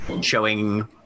showing